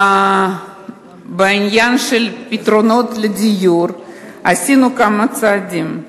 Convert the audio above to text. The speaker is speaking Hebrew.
בעניין של פתרונות לדיור עשינו כמה צעדים.